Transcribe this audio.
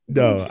no